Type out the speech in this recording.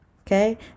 Okay